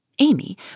Amy